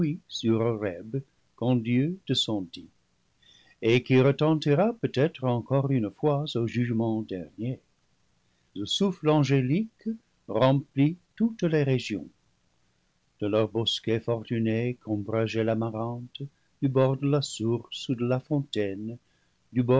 quand dieu descendit et qui retentira peut-être encore une fois au jugement dernier le souffle angélique remplit toutes les régions de leurs bosquets fortunés qu'ombrageait l'amarante du bord de la source ou de la fontaine du